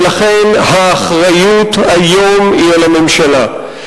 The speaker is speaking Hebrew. ולכן האחריות היום היא על הממשלה.